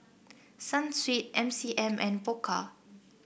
Sunsweet M C M and Pokka